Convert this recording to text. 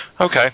Okay